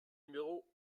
numéro